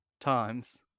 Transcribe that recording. times